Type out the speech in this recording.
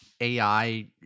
ai